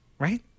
Right